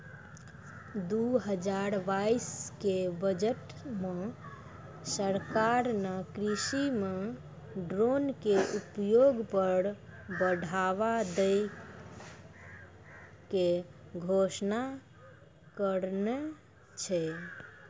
दू हजार बाइस के बजट मॅ सरकार नॅ कृषि मॅ ड्रोन के उपयोग पर बढ़ावा दै के घोषणा करनॅ छै